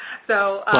so.